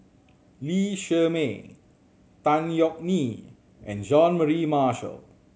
Lee Shermay Tan Yeok Nee and Jean Mary Marshall